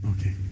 Okay